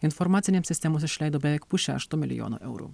informacinėms sistemos išleido beveik pusšešto milijono eurų